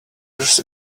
years